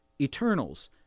Eternals